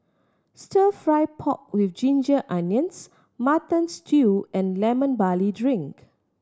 Stir Fry pork with ginger onions Mutton Stew and Lemon Barley Drink